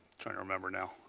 trying to remember now.